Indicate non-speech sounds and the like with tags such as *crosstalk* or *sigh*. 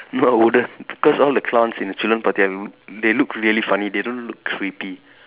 no I wouldn't because all the clowns in the children party *noise* they look really funny they don't look creepy